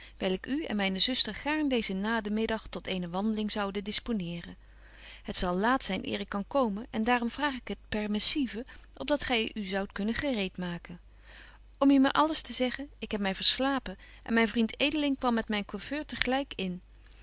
wyl ik u en myne zuster gaarn deezen nademiddag tot eene wandeling zoude disponeeren het zal laat zyn eer ik kan komen en daaröm vraag ik het per missive op dat gy u zoudt kunnen gereed maken om u maar alles te zeggen ik heb my verslapen en myn vriend edeling kwam met myn coëffeur te gelyk in